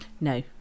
no